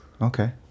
Okay